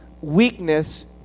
Weakness